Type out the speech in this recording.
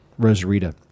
rosarita